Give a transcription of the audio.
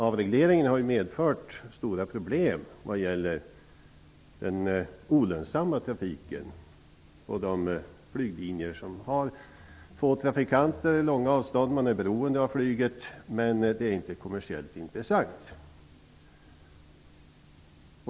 Avregleringen har medfört stora problem vad gäller den olönsamma trafiken och de flyglinjer som har få trafikanter. Det är långa avstånd, och man är beroende av flyget, men det är inte kommersiellt intressant.